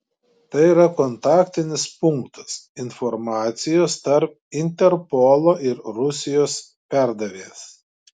tai yra kontaktinis punktas informacijos tarp interpolo ir rusijos perdavėjas